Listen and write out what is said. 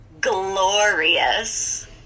glorious